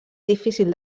difícil